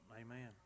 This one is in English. Amen